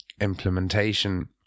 implementation